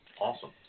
Awesome